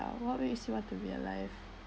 what makes you want to be alive